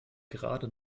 gerade